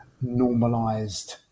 normalized